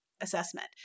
assessment